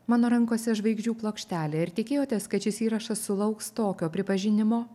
mano rankose žvaigždžių plokštelė ar tikėjotės kad šis įrašas sulauks tokio pripažinimo